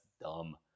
dumb